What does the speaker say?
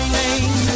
name